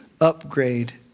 upgrade